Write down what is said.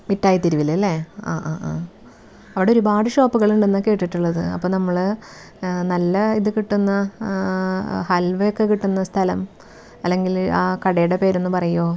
മിഠായി തെരുവിൽ അല്ലേ ആ ആ ആ അവിടെ ഒരുപാട് ഷോപ്പുകൾ ഉണ്ടെന്നാണ് കേട്ടിട്ടുള്ളത് അപ്പം നമ്മൾ നല്ല ഇത് കിട്ടുന്ന ഹൽവയൊക്കെ കിട്ടുന്ന സ്ഥലം അല്ലെങ്കിൽ ആ കടയുടെ പേര് ഒന്ന് പറയാമോ